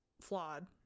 flawed